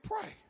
Pray